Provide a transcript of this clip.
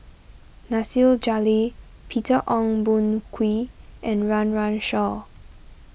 Nasir Jalil Peter Ong Boon Kwee and Run Run Shaw